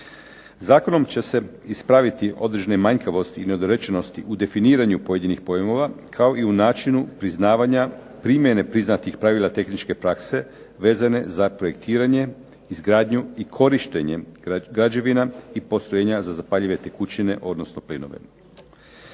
Zakonom će se ispraviti određene manjkavosti i nedorečenosti u definiranju pojedinih pojmova kao i u načinu priznavanja primjene priznatih pravila tehničke prakse vezane za projektiranje, izgradnju i korištenje građevina i postrojenja za zapaljive tekućine odnosno plinove.